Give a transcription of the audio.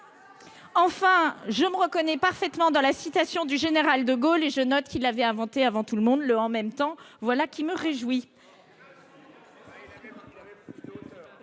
Hugonet, je me reconnais parfaitement dans la citation du général de Gaulle. Je note d'ailleurs qu'il avait inventé avant tout le monde le « en même temps »: voilà qui me réjouit